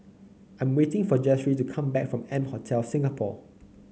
I'm waiting for Jessye to come back from M Hotel Singapore